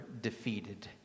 defeated